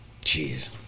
Jeez